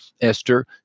Esther